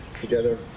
together